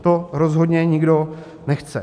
To rozhodně nikdo nechce.